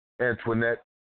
Antoinette